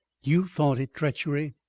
you thought it treachery.